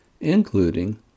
including